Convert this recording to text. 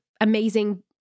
amazing